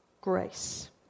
Grace